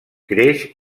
creix